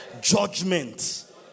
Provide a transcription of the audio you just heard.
Judgment